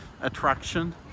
attraction